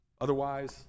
Otherwise